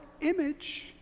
image